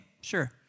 sure